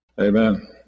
Amen